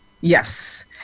Yes